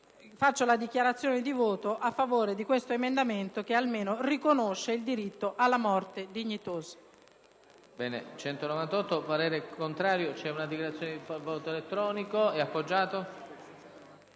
faccio la dichiarazione di voto a favore di questo emendamento che almeno riconosce il diritto alla morte dignitosa.